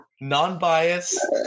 Non-biased